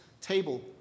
table